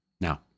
Now